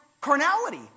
carnality